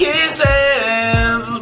Kisses